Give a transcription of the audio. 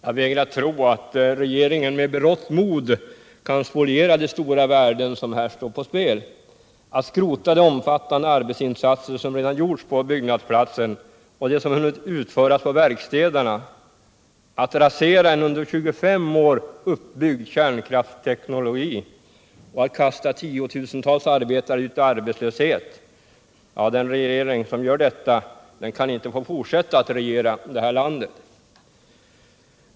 Jag vägrar tro att regeringen med berått mod kan spoliera de stora värden som står på spel. Att skrota de omfattande arbetsinsatser som redan gjorts på byggnadsplatsen och det som hunnits utföras på verkstäderna, att rasera en under 25 år uppbyggd kärnkraftsteknologi och att kasta tiotusentals arbetare ut i arbetslöshet — den regering som gör detta kan inte få fortsätta att regera det här landet!